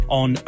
on